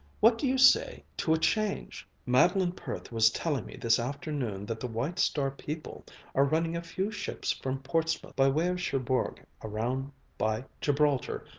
what do you say to a change? madeleine perth was telling me this afternoon that the white star people are running a few ships from portsmouth by way of cherbourg around by gibraltar,